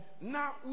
now